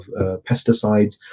pesticides